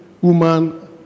woman